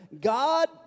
God